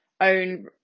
own